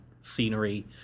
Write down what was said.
scenery